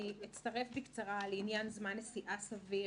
אני אצטרף בקצרה למה שנאמר לפניי בעניין זמן נסיעה סביר,